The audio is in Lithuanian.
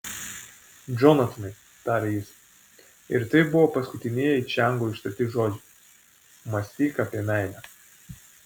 džonatanai tarė jis ir tai buvo paskutinieji čiango ištarti žodžiai mąstyk apie meilę